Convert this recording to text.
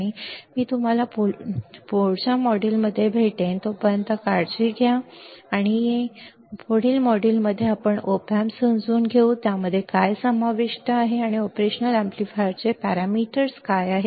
आणि मी तुम्हाला पुढील मॉड्यूलमध्ये भेटेन पुढील मॉड्यूलमध्ये आम्ही op amps समजून घेऊ की त्यामध्ये काय समाविष्ट आहे आणि ऑपरेशनल एम्पलीफायरचे पॅरामीटर्स काय आहेत